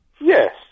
Yes